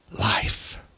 life